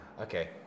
Okay